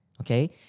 okay